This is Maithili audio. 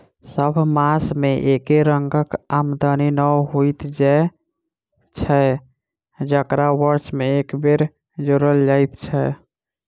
सभ मास मे एके रंगक आमदनी नै होइत छै जकरा वर्ष मे एक बेर जोड़ल जाइत छै